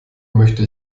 möchte